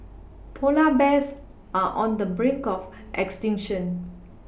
polar bears are on the brink of extinction